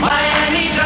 Miami